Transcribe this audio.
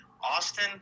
Austin